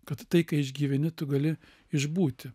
kad tai ką išgyveni tu gali išbūti